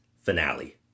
Finale